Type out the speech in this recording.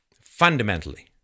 fundamentally